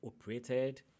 operated